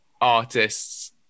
artists